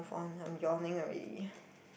fine I'm yawning already